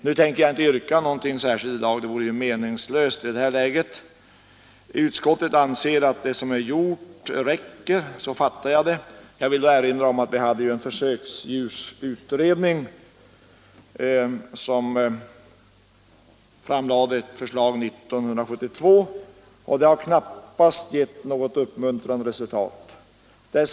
Nu tänker jag inte ställa något yrkande i dag, det vore meningslöst. Som jag fattar det anser utskottet att det som är gjort räcker. Jag vill då erinra om den försöksdjursutredning som framlade ett förslag 1972, och att resultatet av dess arbete knappast är uppmuntrande.